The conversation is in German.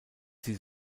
sie